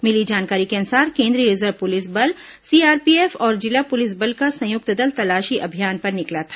मिली जानकारी के अनुसार केंद्रीय रिजर्व पुलिस बल सीआरपीएफ और जिला पुलिस बल का संयुक्त दल तलाशी अभियान पर निकला था